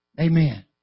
Amen